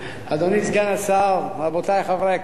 אדוני סגן השר, רבותי חברי הכנסת,